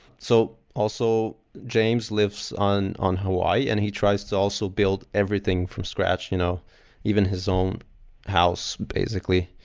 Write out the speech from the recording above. so also, james lives on on hawaii and he tries to also build everything from scratch, you know even his own house basically.